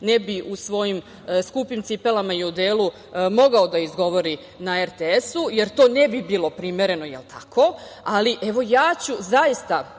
ne bi u svojim skupim cipelama i odelu mogao da izgovori na RTS-u jer to ne bi bilo primereno, jel tako, ali, evo ja ću, zaista,